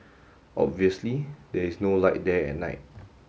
obviously there is no light there at night